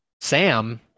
Sam